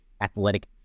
athletic